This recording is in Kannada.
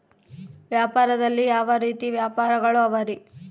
ವ್ಯಾಪಾರದಲ್ಲಿ ಯಾವ ರೇತಿ ವ್ಯಾಪಾರಗಳು ಅವರಿ?